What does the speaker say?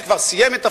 שכבר סיים את תפקידו.